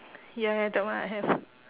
ya ya that one I have